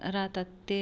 राहतात ते